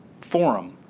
forum –